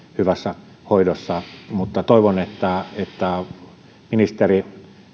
hyvässä hoidossa mutta toivon että ministeri